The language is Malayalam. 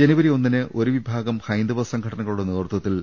ജനുവരി ഒന്നിന് ഒരുവിഭാഗം ഹൈന്ദവ സംഘടനകളുടെ നേതൃത്വ ത്തിൽ